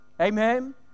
Amen